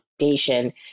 Foundation